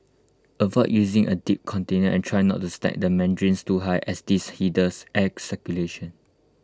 avoid using A deep container and try not to stack the mandarins too high as this hinders air circulation